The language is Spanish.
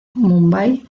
mumbai